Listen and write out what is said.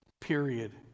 period